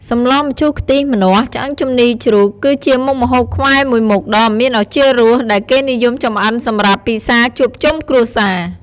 សម្លម្ជូរខ្ទិះម្នាស់ឆ្អឹងជំនីរជ្រូក គឺជាមុខម្ហូបខ្មែរមួយមុខដ៏មានឱជារស ដែលគេនិយមចម្អិនសម្រាប់ពិសាជួបជុំគ្រួសារ។